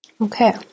Okay